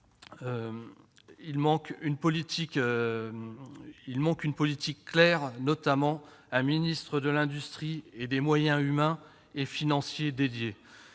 manque une politique publique claire, un ministre de l'industrie et des moyens humains et financiers dédiés.